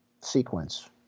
sequence